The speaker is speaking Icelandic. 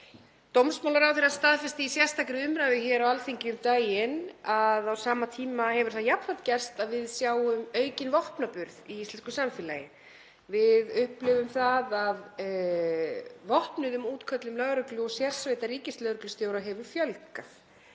Dómsmálaráðherra staðfesti í sérstakri umræðu hér á Alþingi um daginn að á sama tíma hefur það jafnframt gerst að við sjáum aukinn vopnaburð í íslensku samfélagi. Við upplifum það að vopnuðum útköllum lögreglu og sérsveitar ríkislögreglustjóra hefur fjölgað.